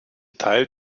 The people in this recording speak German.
teil